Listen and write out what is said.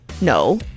No